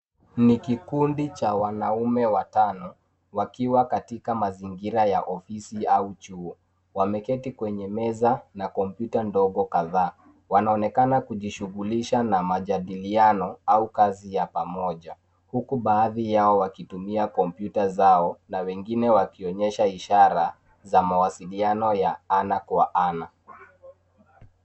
Ni kikundi cha wanaume watano, wakiwa katika mazingira ya ofisi au chuo. Wameketi kwenye meza na kompyuta ndogo kadhaa. Wanaonekana kuijishugulisha na majadiliano au kazi ya pamoja, huku baadhi yao wakitumia kompyuta zao na wengine wakionyesha ishara za mawasiliano za ana kwa ana.